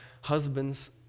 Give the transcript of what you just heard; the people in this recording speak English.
husbands